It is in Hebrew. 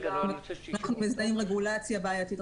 אנחנו מזהים רגולציה בעייתית,